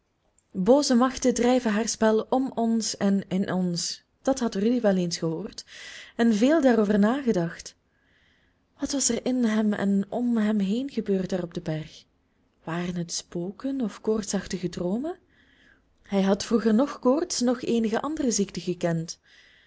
booze machten drijven haar spel om ons en in ons dat had rudy wel eens gehoord en veel daarover nagedacht wat was er in hem en om hem heen gebeurd daar op den berg waren het spoken of koortsachtige droomen hij had vroeger noch koorts noch eenige andere ziekte gekend